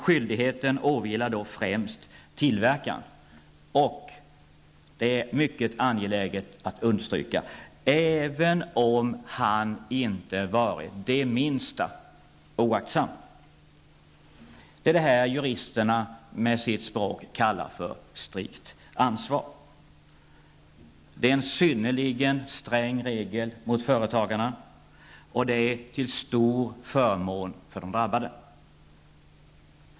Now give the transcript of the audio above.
Skyldigheten åvilar då främst tillverkaren, även om denne -- det är mycket angeläget att understryka -- inte varit det minsta oaktsam. Detta är vad juristerna med sitt språk kallar för strikt ansvar. Det är en regel som är synnerligen sträng mot företagarna, och den är till stor fördel för de drabbade.